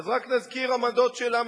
אז רק נזכיר עמדות שלה מהעבר.